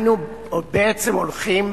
אנו בעצם הולכים